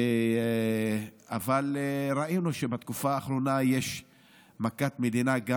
אבל ראינו שבתקופה האחרונה יש מכת מדינה גם